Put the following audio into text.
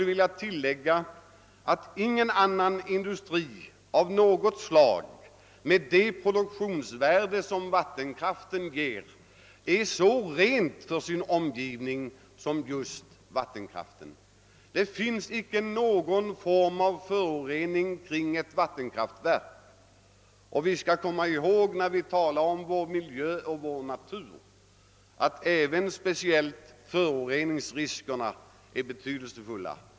Ingen annan industri — av vad slag det vara må — med samma produktionsvärde som vattenkraften ger, är så ren för sin om givning som just vattenkraften. Det finns icke något slag av förorening kring ett vattenkraftverk. Och när vi talar om vår miljö och vår natur, skall vi komma ihåg att även där speciellt föroreningsriskerna är betydelsefulla.